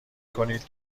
کنید